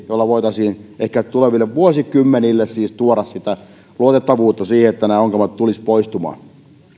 jolla ehkä voitaisiin tuleville vuosikymmenille tuoda sitä luotettavuutta siihen että nämä ongelmat tulisivat poistumaan